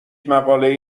مقاله